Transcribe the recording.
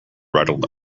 rattled